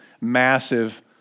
massive